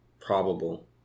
probable